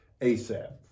ASAP